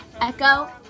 Echo